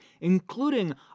including